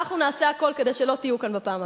ואנחנו נעשה הכול כדי שלא תהיו פה בפעם הבאה.